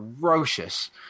ferocious